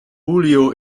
julio